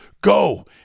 go